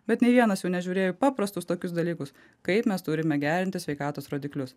bet nei vienas jų nežiūrėjo į paprastus tokius dalykus kaip mes turime gerinti sveikatos rodiklius